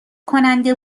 کننده